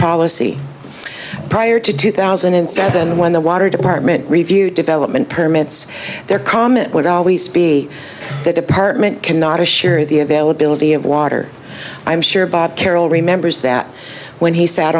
policy prior to two thousand and seven when the water department review development permits there comment would always be the department cannot assure the availability of water i'm sure bob carroll remembers that when he sat